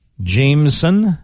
Jameson